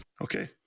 Okay